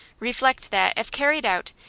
reflect that, if carried out,